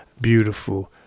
beautiful